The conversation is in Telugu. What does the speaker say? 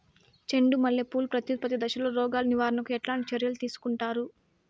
చెండు మల్లె పూలు ప్రత్యుత్పత్తి దశలో రోగాలు నివారణకు ఎట్లాంటి చర్యలు తీసుకుంటారు?